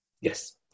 Yes